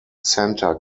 santa